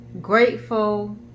grateful